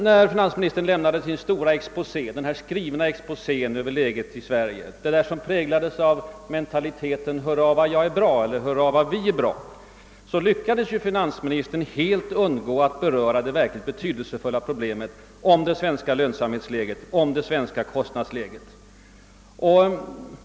När finansministern läste upp sin stora, skrivna exposé över läget i Sverige — den som präglades av mentaliteten »hurra vad vi är bra» — lyckades finansministern nästan helt undgå att beröra det verkligt betydelsefulla problemet om det svenska näringslivets lönsamhetsoch kostnadsläge.